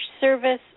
service